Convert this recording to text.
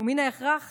ומן ההכרח